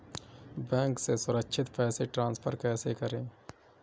Bank से सुरक्षित पैसे ट्रांसफर कैसे करें?